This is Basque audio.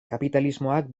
kapitalismoak